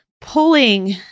pulling